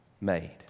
made